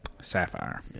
Sapphire